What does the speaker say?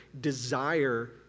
desire